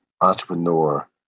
entrepreneur